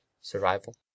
Survival